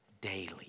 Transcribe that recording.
daily